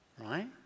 right